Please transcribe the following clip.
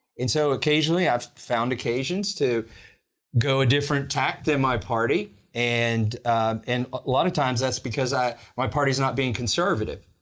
and so occasionally i've found occasions to go a different tack than my party and and a lot of times that's because ah my party's not being conservative.